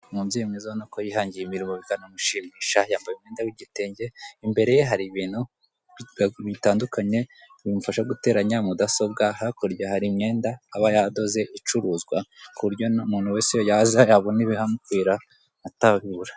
Umubyeyi mwiza urabona ko yihangiye umurimo bikanamushimisha, yambaye umwenda w'igitenge, imbere ye hari ibintu bitandukanye bimufasha guterenya, mutasobwa, hakurya hari imyenda aba yadoze icuruzwa ku buryo buri muntu wese iyo yaza yabona ibihamukwira atabibura.